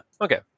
okay